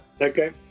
okay